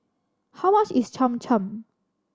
how much is Cham Cham